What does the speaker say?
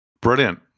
brilliant